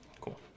Cool